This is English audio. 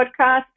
podcast